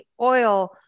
oil